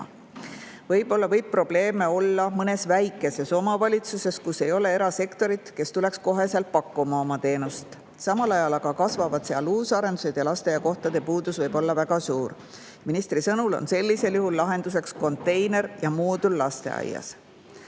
tegema. Probleeme võib olla mõnes väikeses omavalitsuses, kus ei ole erasektorit, kes tuleks kohe pakkuma oma teenust, samal ajal aga kasvavad seal uusarendused ja lasteaiakohtade puudus võib olla väga suur. Ministri sõnul on sellisel juhul lahenduseks konteiner‑ ja moodullasteaiad.